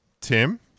Tim